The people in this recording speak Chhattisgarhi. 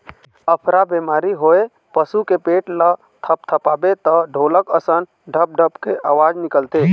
अफरा बेमारी होए पसू के पेट ल थपथपाबे त ढोलक असन ढप ढप के अवाज निकलथे